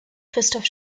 christoph